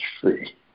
free